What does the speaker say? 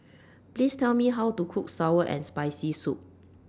Please Tell Me How to Cook Sour and Spicy Soup